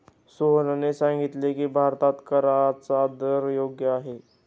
सोहनने सांगितले की, भारतात कराचा दर योग्य आहे